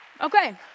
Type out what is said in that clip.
Okay